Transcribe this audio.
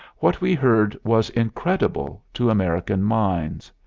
what we heard was incredible to american minds.